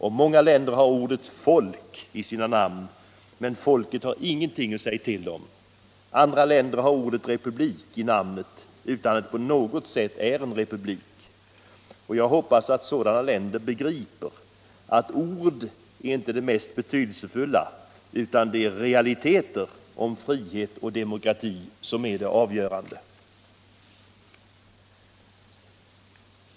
Och många länder har ordet folk I sina namn medan folket inte har någonting att säga till om. Andra länder har ordet republik i namnet utan att de på något sätt är republiker. Jag hoppas att sådana länder begriper att ord inte är det mest betydelsefulla utan att det är realiteterna om frihet och demokrati som är det avgörande.